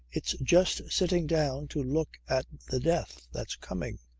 it's just sitting down to look at the death, that's coming,